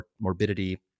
morbidity